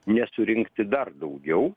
nesurinkti dar daugiau